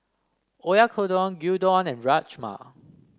Oyakodon Gyudon and Rajma